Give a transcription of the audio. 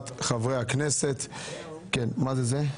אני עובר לסעיף ב3.